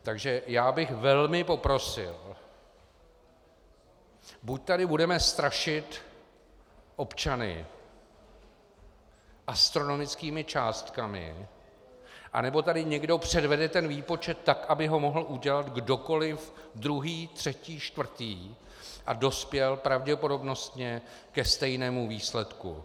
Takže já bych velmi poprosil, buď tady budeme strašit občany astronomickými částkami, anebo tady někdo předvede ten výpočet tak, aby ho mohl udělat kdokoli druhý, třetí, čtvrtý a dospěl pravděpodobnostně ke stejnému výsledku.